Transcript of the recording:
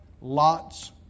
Lot's